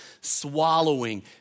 swallowing